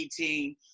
18